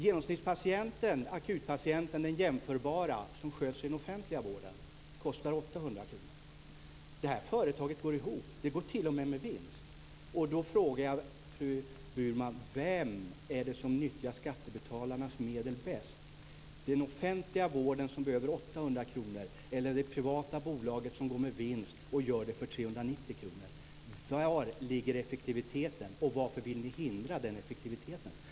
Den jämförbara akutpatienten, genomsnittspatienten, som sköts i den offentliga vården kostar 800 kr. Det här företaget går ihop. Det går t.o.m. med vinst. Då frågar jag fru Burman: Vem är det som nyttjar skattebetalarnas medel bäst, den offentliga vården som behöver 800 kr eller det privata bolaget som går med vinst och gör det för 390 kr? Var ligger effektiviteten, och varför vill ni hindra den effektiviteten?